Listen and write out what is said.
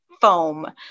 foam